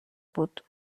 بود